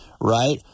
Right